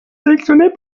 sélectionnés